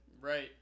right